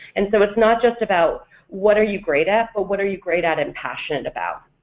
and so it's not just about what are you great at, but what are you great at and passionate about?